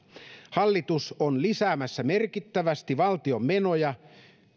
hallitus on lisäämässä merkittävästi valtion menoja